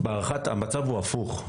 המצב הוא הפוך.